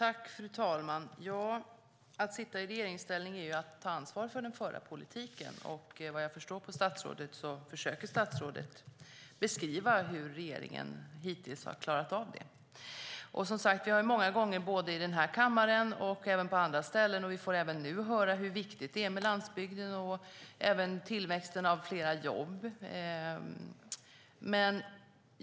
Fru talman! Att sitta i regeringsställning är ju att ta ansvar för den förda politiken, och efter vad jag förstår försöker statsrådet beskriva hur regeringen hittills har klarat det. Vi har många gånger här i kammaren och på andra ställen hört och får även nu höra hur viktigt det är med landsbygden och tillväxten av fler jobb.